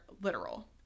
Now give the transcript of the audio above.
literal